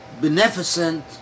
beneficent